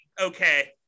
okay